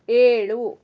ಏಳು